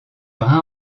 brun